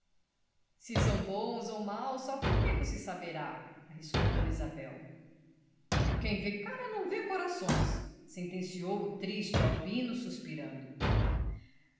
se são bons ou maus só com o tempo se saberá arriscou dona isabel quem vê cara não vê corações sentenciou o triste albino suspirando